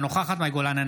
אינה נוכחת מאי גולן,